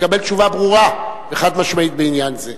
לקבל תשובה ברורה וחד-משמעית בעניין זה.